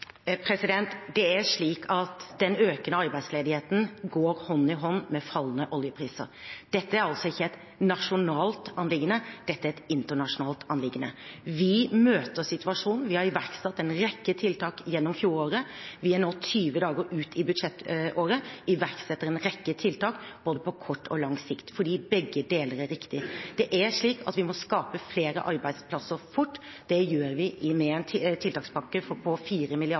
Det er slik at den økende arbeidsledigheten går hånd i hånd med fallende oljepriser. Dette er altså ikke et nasjonalt anliggende. Dette er et internasjonalt anliggende. Vi møter situasjonen. Vi har iverksatt en rekke tiltak gjennom fjoråret. Vi er nå 20 dager ut i budsjettåret, og vi iverksetter en rekke tiltak på både kort og lang sikt fordi begge deler er riktig. Det er slik at vi må skape flere arbeidsplasser fort. Det gjør vi med en tiltakspakke på